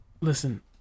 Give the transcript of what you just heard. listen